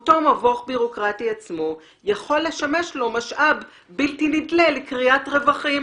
אותו מבוך בירוקרטי עצמו יכול לשמש לו משאב בלתי-נדלה לכריית רווחים.